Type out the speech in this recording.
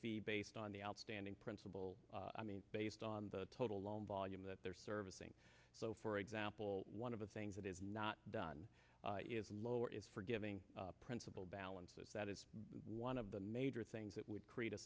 fee based on the outstanding principle i mean based on the total loan volume that they're servicing so for example one of the things that is not done is lower its forgiving principal balances that is one of the major things that would create a